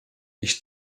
ich